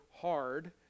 hard